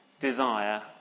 desire